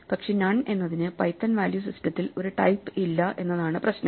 പക്ഷെ നൺ എന്നതിന് Python value സിസ്റ്റത്തിൽ ഒരു ടൈപ്പ് ഇല്ല എന്നതാണ് പ്രശ്നം